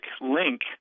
link